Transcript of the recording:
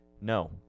no